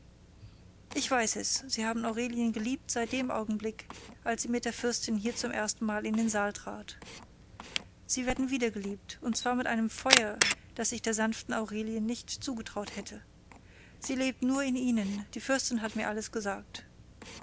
ich weiß es sie haben aurelien geliebt seit dem augenblick als sie mit der fürstin hier zum erstenmal in den saal trat sie werden wiedergeliebt und zwar mit einem feuer das ich der sanften aurelie nicht zugetraut hätte sie lebt nur in ihnen die fürstin hat mir alles gesagt